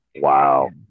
Wow